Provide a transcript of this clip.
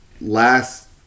last